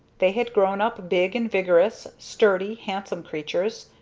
they had grown up big and vigorous, sturdy, handsome creatures,